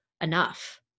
enough